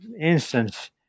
instance